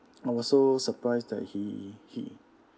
I was so surprised that he he